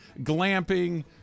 glamping